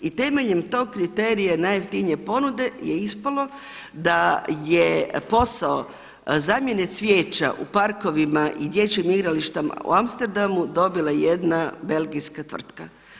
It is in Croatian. I temeljem tog kriterija najjeftinije ponude je ispalo da je posao zamjene cvijeća u parkovima i dječjim igralištima u Amsterdamu dobila jedna belgijska tvrtka.